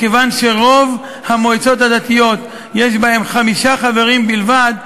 מכיוון שרוב המועצות הדתיות יש בהן חמישה חברים בלבד,